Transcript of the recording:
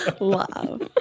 Love